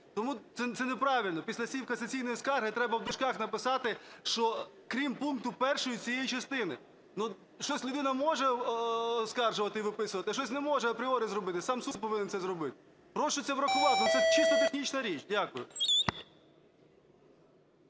Це неправильно. Після слів "у касаційній скарзі" треба в дужках написати, що "крім пункту 1 цієї частини". Щось людина може оскаржувати і виписувати, а щось не може апріорі зробити, сам суд повинен це зробити. Прошу це врахувати, це чисто технічна річ. Дякую.